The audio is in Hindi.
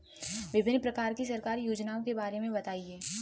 विभिन्न प्रकार की सरकारी योजनाओं के बारे में बताइए?